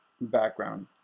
background